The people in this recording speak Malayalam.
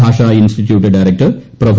Bhasha institute director prof